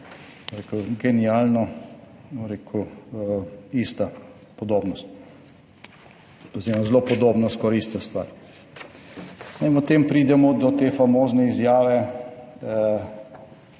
genialno, bom rekel, ista podobnost oziroma zelo podobno skoraj ista stvar. In potem pridemo do te famozne izjave,